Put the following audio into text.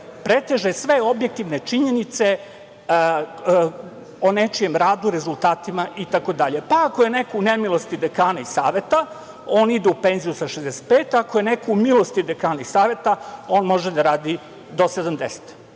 preteže sve objektivne činjenice o nečijem radu, rezultatima, itd. Pa, ako je neko u nemilosti dekana i saveta, on ide u penziju sa 65, a ako je neko u milosti dekana i saveta, on može da radi do 70.